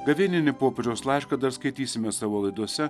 gavėninį popiežiaus laišką dar skaitysime savo laidose